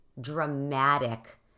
dramatic